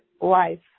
life